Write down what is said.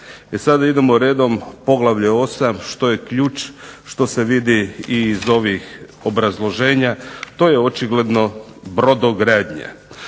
Sada idemo redom, poglavlje 8. što je ključ što se vidi iz ovih obrazloženja, to je očigledno brodogradnja.